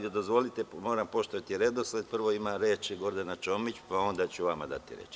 Dozvolite, moram poštovati redosled, prvo ima reč Gordana Čomić, pa onda ću vama dati reč.